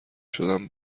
شدم